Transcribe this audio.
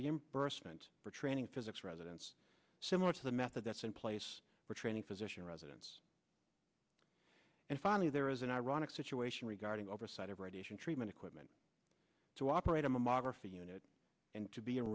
reimbursement for training physics residents similar to the method that's in place for training physician residents and finally there is an ironic situation regarding oversight of radiation treatment equipment to operate a mammography unit and to be a